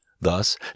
Thus